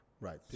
right